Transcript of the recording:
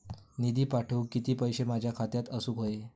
निधी पाठवुक किती पैशे माझ्या खात्यात असुक व्हाये?